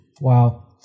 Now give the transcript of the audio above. Wow